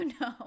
no